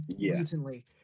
recently